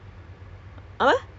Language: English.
!wah!